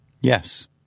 Yes